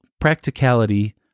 practicality